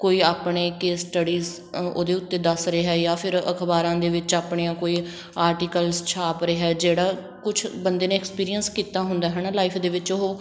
ਕੋਈ ਆਪਣੇ ਕਿ ਸਟੱਡੀਸ ਉਹਦੇ ਉੱਤੇ ਦੱਸ ਰਿਹਾ ਜਾਂ ਫਿਰ ਅਖਬਾਰਾਂ ਦੇ ਵਿੱਚ ਆਪਣੀਆਂ ਕੋਈ ਆਰਟੀਕਲਸ ਛਾਪ ਰਿਹਾ ਜਿਹੜਾ ਕੁਛ ਬੰਦੇ ਨੇ ਐਕਸਪੀਰੀਅੰਸ ਕੀਤਾ ਹੁੰਦਾ ਹੈ ਨਾ ਲਾਈਫ ਦੇ ਵਿੱਚ ਉਹ